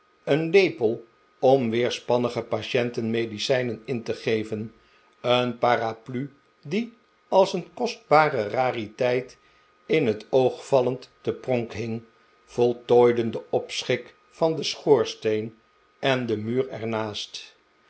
een lepel om weerspannige patienten medicijnen in te geven een paraplu die als een kostbare rariteit in het oog vallend te pronk hing voltooiden den opschik van den schoorsteen en den muur